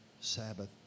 Sabbath